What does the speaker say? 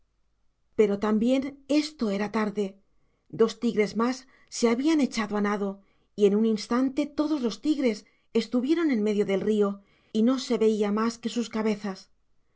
pero también esto era tarde dos tigres más se habían echado a nado y en un instante todos los tigres estuvieron en medio del río y no se veía más que sus cabezas